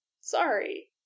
sorry